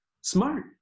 smart